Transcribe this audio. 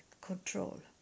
control